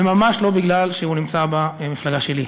וממש לא מפני שהוא נמצא במפלגה שלי,